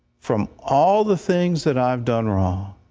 from all the things that i've done wrong.